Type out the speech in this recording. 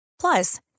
Plus